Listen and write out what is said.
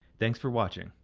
thanks for watching.